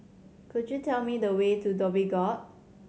could you tell me the way to Dhoby Ghaut